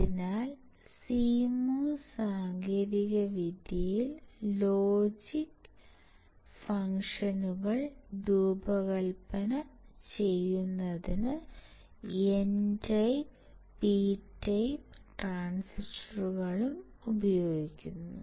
അതിനാൽ CMOS സാങ്കേതികവിദ്യയിൽ logic ഫംഗ്ഷനുകൾ രൂപകൽപ്പന ചെയ്യുന്നതിന് N ടൈപ്പ് P ടൈപ്പ് ട്രാൻസിസ്റ്ററുകളും ഉപയോഗിക്കുന്നു